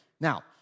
Now